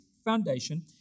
foundation